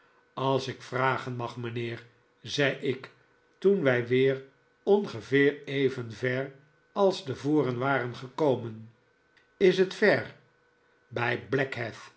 als ik vragen mag mijnheer zei ik toen wij weer ongeveer even ver als tevoren waren gekomen is het ver bij